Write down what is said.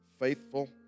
faithful